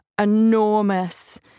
enormous